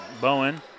Bowen